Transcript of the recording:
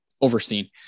overseen